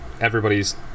everybody's